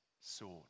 sword